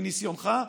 מניסיונך,